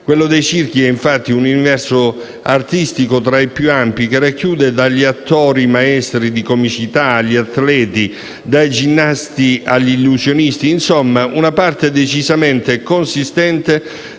Quello dei circhi è, infatti, un universo artistico tra i più ampi, che racchiude dagli attori maestri di comicità agli atleti, dai ginnasti agli illusionisti: insomma una parte decisamente consistente